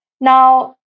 Now